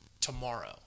tomorrow